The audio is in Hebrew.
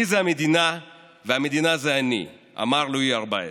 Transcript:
אני זה המדינה והמדינה זה אני, אמר לואי ה-14.